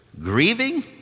grieving